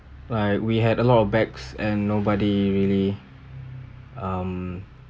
like we had a lot of bags and nobody really um